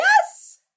Yes